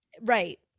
right